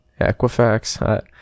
Equifax